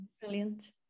brilliant